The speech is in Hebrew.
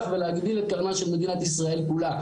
ולהגדיל את קרנה של מדינת ישראל כולה.